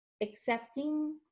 accepting